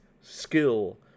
skill